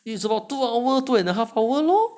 it's about two hour two and a half hour lor